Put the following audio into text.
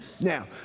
Now